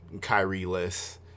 Kyrie-less